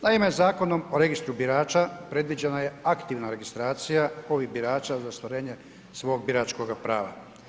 Naime, Zakonom o registru birača predviđena je aktivna registracija ovih birača za ostvarenje svog biračkoga prava.